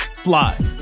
Fly